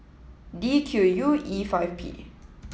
D Q U E five P